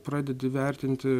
pradedi vertinti